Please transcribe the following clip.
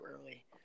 early